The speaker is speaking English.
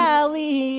Valley